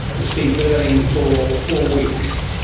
it's been burning for four weeks.